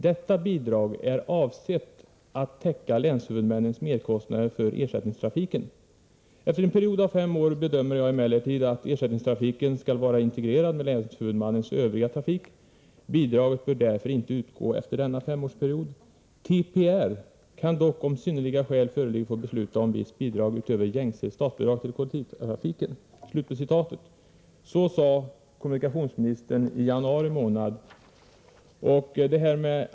Detta bidrag är avsett att täcka länshuvudmännens merkostnader för ersättningstrafiken. Efter en period av fem år bedömer jag emellertid att ersättningstrafiken skall vara integrerad med länshuvudmannens övriga trafik. Bidraget bör därför inte utgå efter denna femårsperiod. TPR kan dock om synnerliga skäl föreligger få besluta om visst bidrag utöver gängse statsbidrag till kollektivtrafiken.” Så sade kommunikationsministern i januari månad.